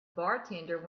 bartender